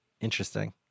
Interesting